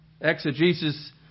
exegesis